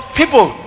people